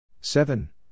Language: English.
seven